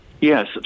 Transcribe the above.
Yes